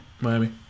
Miami